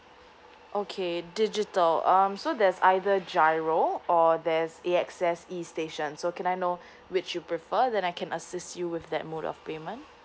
okay digital um so there's either G_I_R_O or there's A_S_X E station so can I know which you prefer then I can assist you with that mode of payment